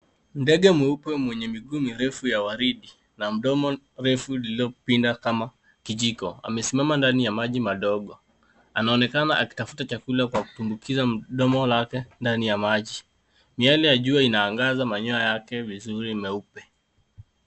Ndege mweupe mwenye miguu mirefu ya waridi na mdomo refu lililopinda kama kijiko amesimama ndani ya maji madogo. Anaonekana akitafuta chakula kwa kutumbukiza mdomo lake ndani ya maji. Miale ya jua inaangaza manyoya yake vizuri meupe.